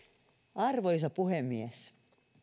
arvoisa puhemies